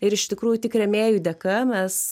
ir iš tikrųjų tik rėmėjų dėka mes